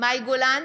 מאי גולן,